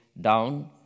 down